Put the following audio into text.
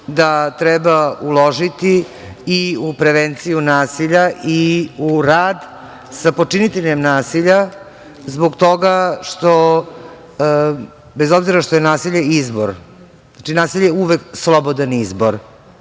da treba uložiti i u prevenciju nasilja i u rad sa počiniteljem nasilja zbog toga što bez obzira što je nasilje izbor, znači nasilje je uvek slobodan izbor,